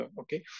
okay